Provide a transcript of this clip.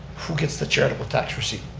who gets the charitable tax receipt?